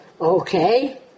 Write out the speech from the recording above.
Okay